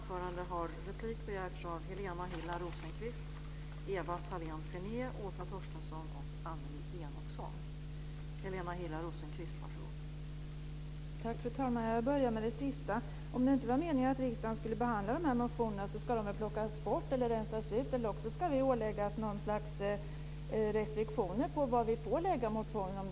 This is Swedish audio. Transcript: Fru talman! Jag börjar med det sista. Om det inte var meningen att riksdagen skulle behandla dessa motioner så ska de väl rensas bort, eller också ska vi åläggas något slags restriktioner när det gäller vad vi får väcka motioner om.